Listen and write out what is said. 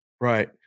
right